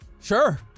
Sure